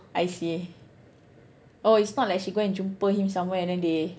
I see oh it's not like she go and jumpa him somewhere and then they